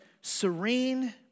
serene